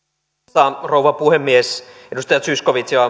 arvoisa rouva puhemies edustaja zyskowicz jo